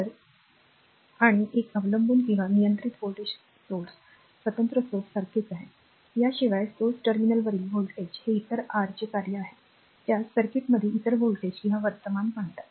तर आणि एक अवलंबून किंवा नियंत्रित व्होल्टेज स्त्रोत स्वतंत्र स्त्रोत सारखेच आहे याशिवाय सोर्स टर्मिनलवरील व्होल्टेज हे इतर r चे कार्य आहे ज्यास सर्किटमध्ये इतर व्होल्टेज किंवा वर्तमान म्हणतात